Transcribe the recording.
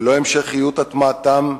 ללא המשכיות הטמעתם,